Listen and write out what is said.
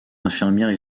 infirmières